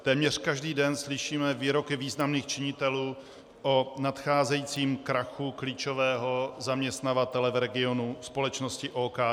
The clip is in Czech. Téměř každý den slyšíme výroky významných činitelů o nadcházejícím krachu klíčového zaměstnavatele v regionu, společnosti OKD.